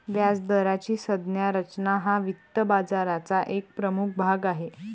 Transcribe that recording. व्याजदराची संज्ञा रचना हा वित्त बाजाराचा एक प्रमुख भाग आहे